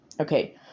Okay